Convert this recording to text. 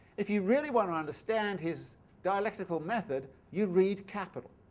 if you really want to understand his dialectical method, you read capital.